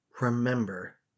Remember